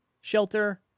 shelter